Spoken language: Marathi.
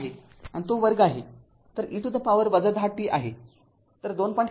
५६ आहे आणि तो वर्ग आहे तर e to the power १० t आहे तर २